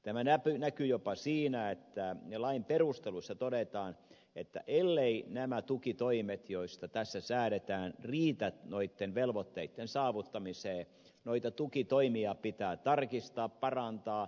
tämä näkyy jopa siinä että lain perusteluissa todetaan että elleivät nämä tukitoimet joista tässä säädetään riitä noitten velvoitteitten saavuttamiseen noita tukitoimia pitää tarkistaa parantaa